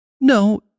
No